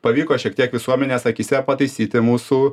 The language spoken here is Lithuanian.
pavyko šiek tiek visuomenės akyse pataisyti mūsų